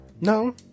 no